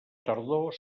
tardor